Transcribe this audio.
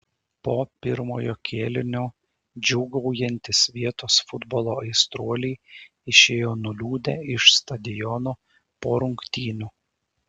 po pirmojo kėlinio džiūgaujantys vietos futbolo aistruoliai išėjo nuliūdę iš stadiono po rungtynių